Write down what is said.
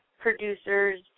producers